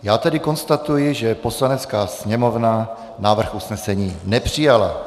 Já tedy konstatuji, že Poslanecká sněmovna návrh usnesení nepřijala.